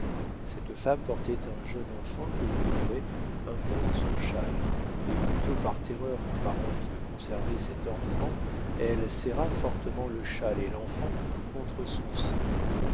cette femme portait un jeune enfant que couvrait un pan de son châle et plutôt par terreur que par envie de conserver cet ornement elle serra fortement le châle et l'enfant contre son sein